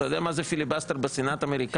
אתה יודע מה זה פיליבסטר בסנאט האמריקאי?